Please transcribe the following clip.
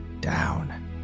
down